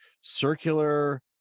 circular